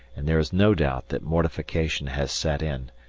and there is no doubt that mortification has set in,